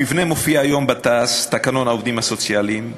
המבנה מופיע היום בתקנון העובדים הסוציאליים,